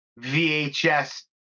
VHS